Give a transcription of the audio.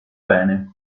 bene